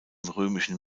römischen